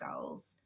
goals